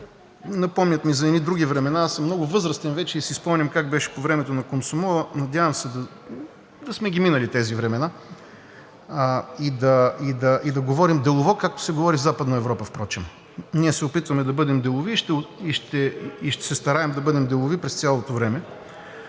напомнят ми за едни други времена, аз съм много възрастен вече и си спомням как беше по времето на комсомола. Надявам се да сме ги минали тези времена и да говорим делово, както се говори в Западна Европа впрочем. Ние се опитваме да бъдем делови и ще се стараем да бъдем делови през цялото време.